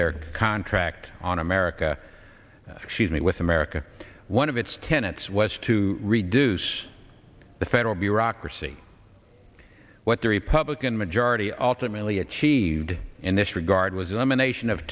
their contract on america that she's met with america one of its tenets was to reduce the federal bureaucracy what the republican majority ultimately achieved in this regard was an emanation of